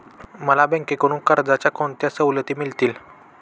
मला बँकेकडून कर्जाच्या कोणत्या सवलती मिळतील?